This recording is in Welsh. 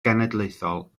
genedlaethol